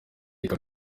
ikaba